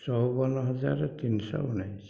ଚଉବନ ହଜାର ତିନିଶହ ଉଣେଇଶ